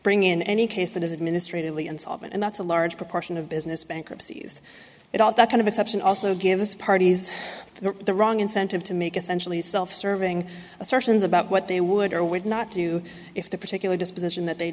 bring in any case that is administratively insolvent and that's a large proportion of business bankruptcies that all that kind of exception also gives parties the wrong incentive to make essentially self serving assertions about what they would or would not do if the particular disposition that they